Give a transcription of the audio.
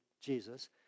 Jesus